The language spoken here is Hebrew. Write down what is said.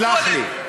סלח לי.